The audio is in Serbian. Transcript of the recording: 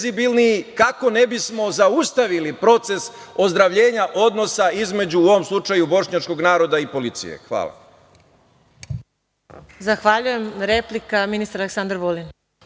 kako ne bismo zaustavili proces ozdravljenja odnosa između, u ovom slučaju, bošnjačkog naroda i policije. Hvala. **Marija Jevđić** Zahvaljujem. Replika, ministar Aleksandar Vulin.